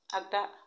आगदा